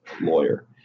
lawyer